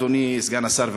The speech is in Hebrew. אדוני סגן השר,